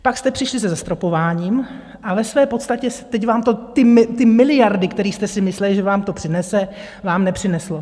Pak jste přišli se zastropováním, a ve své podstatě teď vám ty miliardy, který jste si mysleli, že vám to přinese, vám nepřineslo.